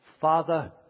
Father